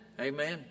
Amen